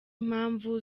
impamvu